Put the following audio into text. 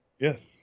yes